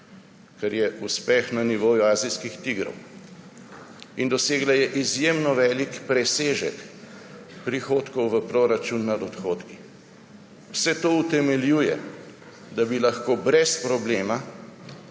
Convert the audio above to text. kar je uspeh na nivoju azijskih tigrov. Dosegla je izjemno velik presežek prihodkov v proračun nad odhodki. Vse to utemeljuje, da bi lahko brez problema